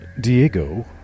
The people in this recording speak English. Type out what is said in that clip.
Diego